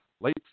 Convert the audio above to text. late